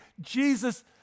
Jesus